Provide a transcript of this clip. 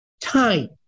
time